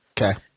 Okay